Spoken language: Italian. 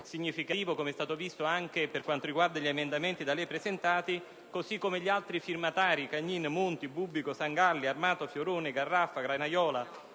significativo - come si è visto - anche per quanto riguarda gli emendamenti da lei presentati, così come gli altri firmatari - Cagnin, Monti, Bubbico, Sangalli, Armato, Fioroni, Garraffa, Granaiola,